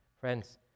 Friends